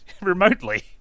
Remotely